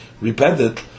repented